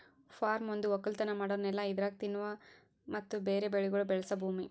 form ಒಂದು ಒಕ್ಕಲತನ ಮಾಡೋ ನೆಲ ಇದರಾಗ್ ತಿನ್ನುವ ಮತ್ತ ಬೇರೆ ಬೆಳಿಗೊಳ್ ಬೆಳಸ ಭೂಮಿ